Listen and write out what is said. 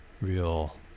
real